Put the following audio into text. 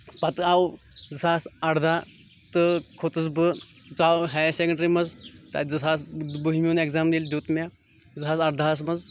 پَتہٕ آو زٕ ساس اَردہ تہٕ کھوٚتُس بہٕ ژاوُس ہایر سیکنٛڈری منٛز تَتہِ دیُت حظ بہمہِ ہُنٛد اٮ۪کزام ییٚلہِ دیُت مےٚ زٕ ساس اَردہَس منٛز